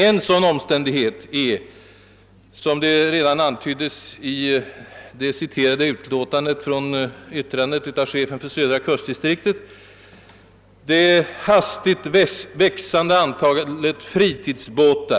En sådan omständighet är, som redan antytts i det citerade yttrandet av chefen för Södra kustdistriktet, det hastigt växande antalet fritidsbåtar.